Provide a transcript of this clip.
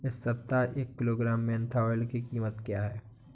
इस सप्ताह एक किलोग्राम मेन्था ऑइल की कीमत क्या है?